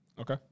Okay